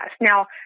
Now